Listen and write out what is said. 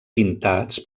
pintats